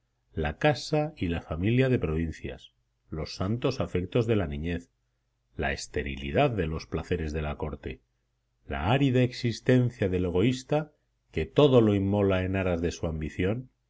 la casa y la familia de provincias los santos afectos de la niñez la esterilidad de los placeres de la corte la árida existencia del egoísta que todo lo inmola en aras de su ambición